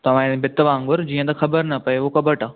तव्हांजे भिति वांगुरु जीअं त ख़बर न पए हू कॿटु आहे